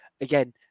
again